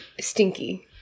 stinky